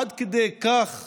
עד כדי כך